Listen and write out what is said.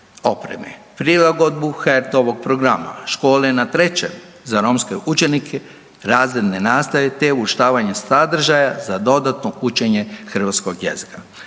opreme. Prilagodbu HRT-ovog programa Škole na Trećem za romske učenike razredne nastave te uvrštavanje sadržaja za dodatno učenje hrvatskog jezika.